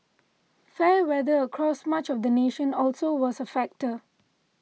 fair weather across much of the nation also was factor